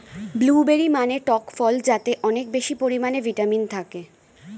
blueberry মানে টক ফল যাতে অনেক বেশি পরিমাণে ভিটামিন থাকে